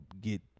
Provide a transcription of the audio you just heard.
get